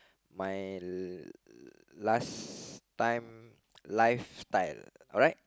my last time lifetime alright